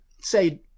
say